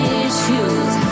issues